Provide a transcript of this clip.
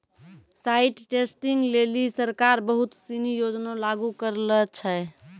site testing लेलि सरकार बहुत सिनी योजना लागू करलें छै